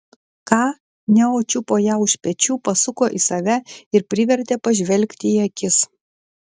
ką neo čiupo ją už pečių pasuko į save ir privertė pažvelgti į akis